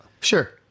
Sure